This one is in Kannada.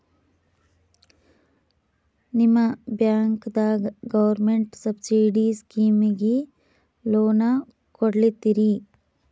ನಿಮ ಬ್ಯಾಂಕದಾಗ ಗೌರ್ಮೆಂಟ ಸಬ್ಸಿಡಿ ಸ್ಕೀಮಿಗಿ ಲೊನ ಕೊಡ್ಲತ್ತೀರಿ?